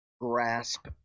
grasp